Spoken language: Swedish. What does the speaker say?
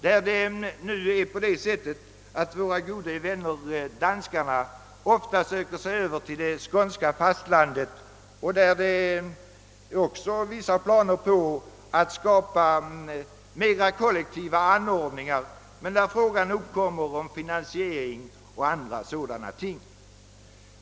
Det förhåller sig ju så, att våra goda vänner danskarna ofta söker sig över till det skånska fastlandet och också har vissa planer på mera kollektiva anordningar, varvid fråga uppkommer om finansiering och andra sådana ting.